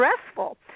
stressful